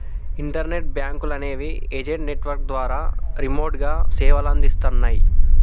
internet బ్యేంకులనేవి agent network ద్వారా రిమోట్గా సేవలనందిస్తన్నయ్